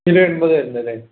kilo എൺപത് വരുന്നുണ്ടല്ലേ